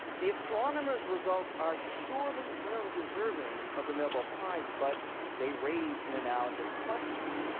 the astronomers' results are surely well-deserving of the nobel prize, but they raised an analogous question.